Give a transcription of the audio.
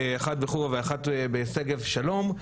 אחת בחורה ואחת בשגב שלום.